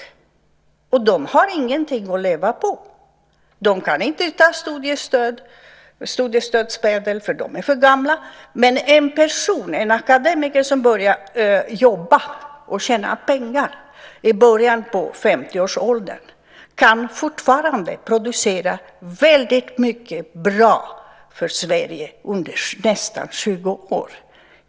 De har ingenting att leva på. De kan inte ta studiestödsmedel, för de är för gamla. Men en person, en akademiker, som börjar jobba och tjäna pengar i början på 50-årsåldern kan fortfarande producera väldigt mycket bra för Sverige under nästan 20 år.